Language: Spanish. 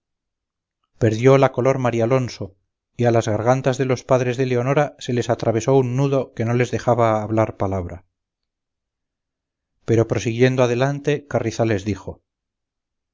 perdió la color marialonso y a las gargantas de los padres de leonora se les atravesó un nudo que no les dejaba hablar palabra pero prosiguiendo adelante carrizales dijo